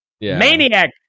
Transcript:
maniac